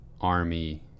Army